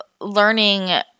learning